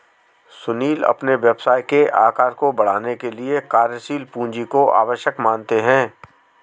सुनील अपने व्यवसाय के आकार को बढ़ाने के लिए कार्यशील पूंजी को आवश्यक मानते हैं